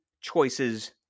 choices